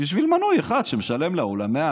בשביל מנוי אחד שמשלם לה אולי 100,